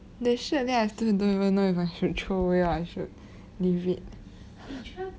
the shirt there I still don't even know if I should throw away or I should leave it